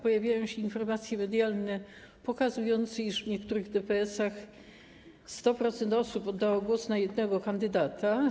Pojawiają się informacje medialne pokazujące, iż w niektórych DPS-ach 100% osób oddało głos na jednego kandydata.